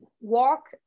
walk